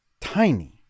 tiny